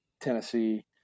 tennessee